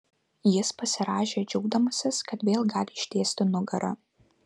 jis pasirąžė džiaugdamasis kad vėl gali ištiesti nugarą